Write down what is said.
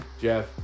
Jeff